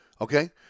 Okay